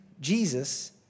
Jesus